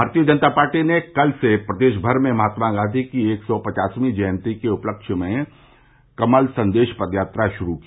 भारतीय जनता पार्टी ने कल से प्रदेश भर में महात्मा गॉधी की एक सौ पचासवीं जयंती के उपलक्ष्य में कमल सन्देश पदयात्रा शुरू की